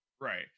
Right